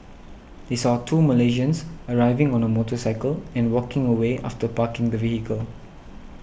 they saw two Malaysians arriving on a motorcycle and walking away after parking the vehicle